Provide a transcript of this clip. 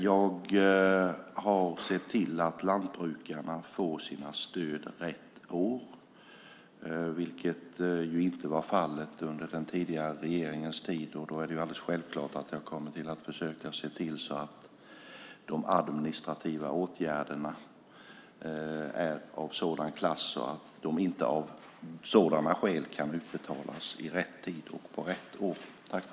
Jag har sett till att lantbrukarna får sina stöd rätt år, vilket inte var fallet under den tidigare regeringen. Det är därför självklart att jag kommer att försöka se till att de administrativa åtgärderna är av sådan klass att stöden kan utbetalas i rätt tid och under rätt år.